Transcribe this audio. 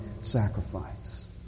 sacrifice